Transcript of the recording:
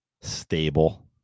stable